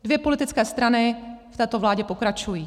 Dvě politické strany v této vládě pokračují.